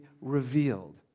revealed